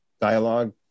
dialogue